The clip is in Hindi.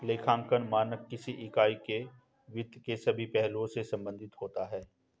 लेखांकन मानक किसी इकाई के वित्त के सभी पहलुओं से संबंधित होता है